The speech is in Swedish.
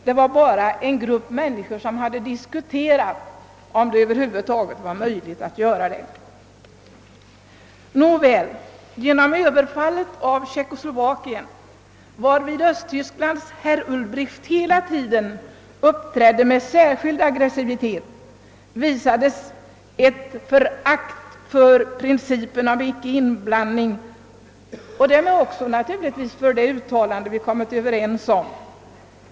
Det var bara en grupp människor i landet som hade diskuterat om något sådant över huvud taget var möjligt. Genom överfallet på Tjeckoslovakien, varvid Östtysklands ledare herr Ulbricht hela tiden uppträdde med särskild aggressivitet, visades ett förakt för principen om icke-inblandning och därmed naturligtvis också för det uttalande som vi hade enats om.